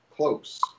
Close